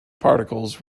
particles